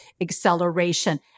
acceleration